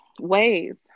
ways